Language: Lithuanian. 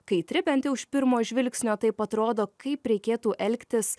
kaitri bent jau iš pirmo žvilgsnio taip atrodo kaip reikėtų elgtis